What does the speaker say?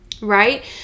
right